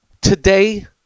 Today